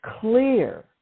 clear